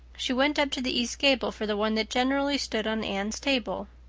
she went up to the east gable for the one that generally stood on anne's table.